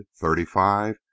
thirty-five